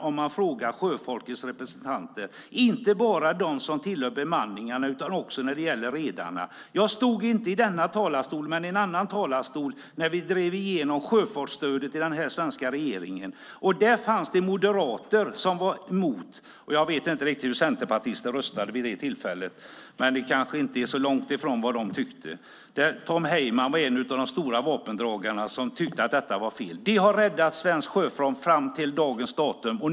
Man kan fråga sjöfolkets representanter, inte bara dem som tillhör bemanningarna, utan det gäller också redarna. Jag stod inte i denna talarstol, men i en annan talarstol, när den svenska regeringen drev igenom sjöfartsstödet. Det fanns Moderater som var emot. Jag vet inte riktigt hur centerpartister röstade vid det tillfället, men det kanske inte var så långt ifrån vad de tyckte. Tom Heyman var en av de stora vapendragarna, som tyckte att detta var fel. Detta har räddat svensk sjöfart fram till dagens datum.